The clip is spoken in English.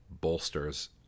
bolsters